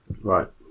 right